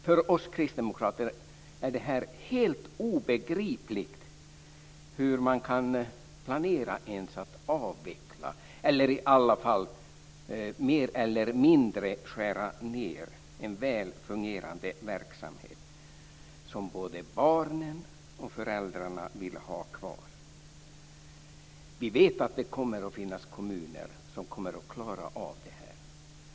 För oss kristdemokrater är det helt obegripligt hur man ens kan planera att avveckla eller att i alla fall mer eller mindre skära ned en väl fungerande verksamhet som både barnen och föräldrarna vill ha kvar. Vi vet att det kommer att finnas kommuner som kommer att klara av detta.